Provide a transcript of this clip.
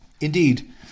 Indeed